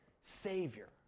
Savior